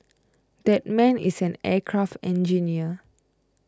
that man is an aircraft engineer